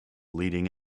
leading